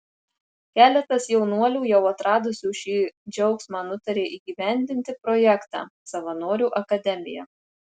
keletas jaunuolių jau atradusių šį džiaugsmą nutarė įgyvendinti projektą savanorių akademija